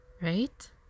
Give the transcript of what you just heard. Right